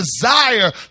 desire